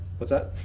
what's that?